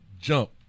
jump